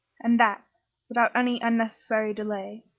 and that without any unnecessary delay.